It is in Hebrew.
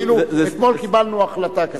כאילו אתמול קיבלנו החלטה כזאת.